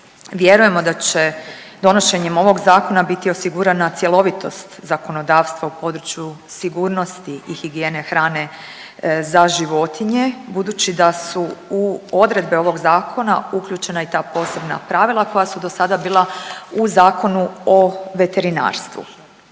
Vjerujemo da će donošenjem ovog zakona biti osigurana cjelovitost zakonodavstva u području sigurnosti i higijene hrane za životinje budući da su u odredbe ovog zakona uključena i ta posebna pravila koja su dosada bile u Zakonu o veterinarstvu.